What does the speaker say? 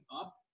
up